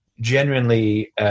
genuinely